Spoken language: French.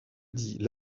dit